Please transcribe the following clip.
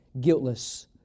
guiltless